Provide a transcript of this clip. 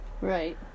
Right